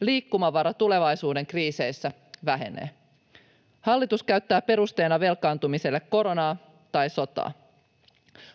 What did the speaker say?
Liikkumavara tulevaisuuden kriiseissä vähenee. Hallitus käyttää perusteena velkaantumiselle koronaa tai sotaa.